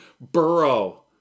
burrow